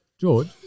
George